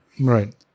Right